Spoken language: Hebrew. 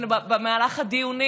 ובמהלך הדיונים